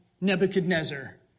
Nebuchadnezzar